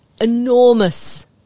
enormous